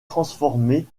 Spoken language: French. transformé